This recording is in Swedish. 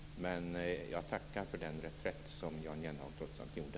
Jag tackar för den reträtt som Jan Jennehag trots allt gjorde.